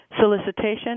solicitation